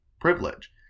privilege